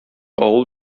авыл